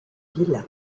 villa